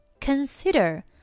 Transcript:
Consider